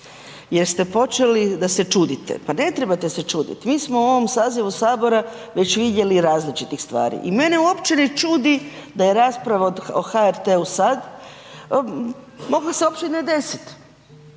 jer ste počeli da se čudite. Pa ne trebate se čuditi. Mi smo u ovom sazivu Sabora već vidjeli različitih stvari i mene uopće ne čudi da je rasprava o HRT-u sada. Mogla se uopće ne desiti,